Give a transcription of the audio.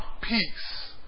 peace